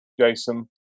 Jason